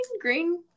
Green